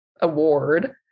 award